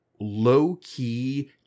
low-key